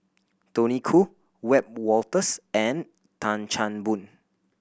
Tony Khoo Wiebe Wolters and Tan Chan Boon